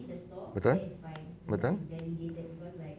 betul betul